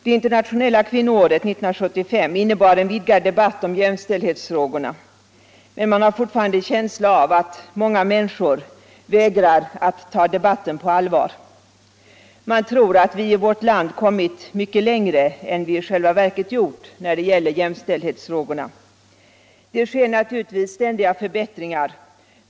Det internationella kvinnoåret 1975 innebar en vidgad debatt om jämställdhetsfrågorna — men det verkar fortfarande som om många människor vägrar att ta debatten på allvar. Man tror att vi i vårt land kommit mycket längre än vi i själva verket gjort när det gäller jämställdhetsfrågorna. Det sker naturligtvis ständiga förbättringar.